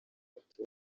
umuti